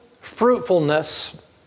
fruitfulness